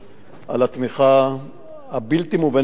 על התמיכה הבלתי-מובנת מאליה